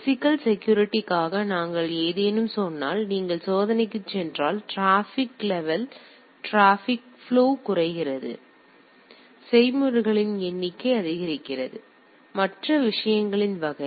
physical செக்யூரிட்டிக்காக நீங்கள் ஏதேனும் சொன்னால் நீங்கள் சோதனைக்குச் சென்றால் டிராபிக் ப்லொவ் குறைகிறது செயல்முறைகளின் எண்ணிக்கை அதிகரிக்கிறது மற்றும் விஷயங்களின் வகை